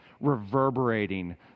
reverberating